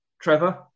Trevor